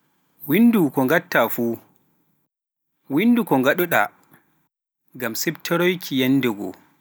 Winndu kongatta fuu, winndu ko ngaɗuɗa ngam siftoroiki yanndegoo.